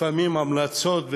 ולפעמים יש המלצות,